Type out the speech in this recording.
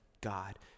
God